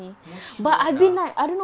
mukshidonna